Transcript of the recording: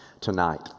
tonight